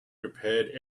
prepared